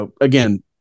again